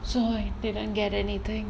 so I didn't get anything